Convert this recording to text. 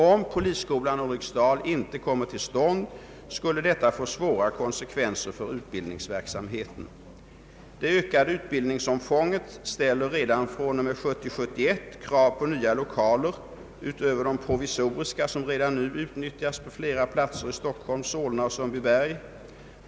Om polisskolan i Ulriksdal inte kommer till stånd skulle detta få svåra konsekvenser för utbildningsverksamheten. Det ökade utbildningsomfånget ställer redan från och med 1970/71 krav på nya lokaler utöver de provisoriska som redan nu utnyttjas på flera platser i Stockholm, Solna och Sundbyberg.